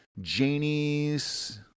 Janie's